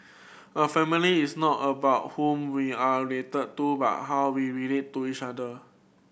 a family is not about whom we are related to but how we relate to each other